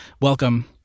welcome